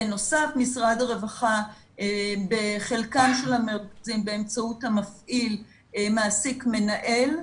בנוסף משרד הרווחה בחלקם של המרכזים באמצעות המפעיל מעסיק מנהל,